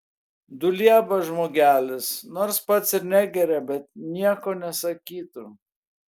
dulieba žmogelis nors pats ir negeria bet nieko nesakytų